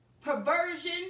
perversion